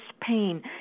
pain